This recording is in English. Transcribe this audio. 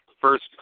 first